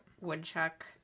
woodchuck